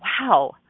wow